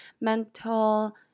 mental